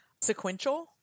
sequential